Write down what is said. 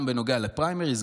גם בנוגע לפריימריז,